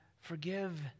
forgive